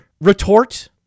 retort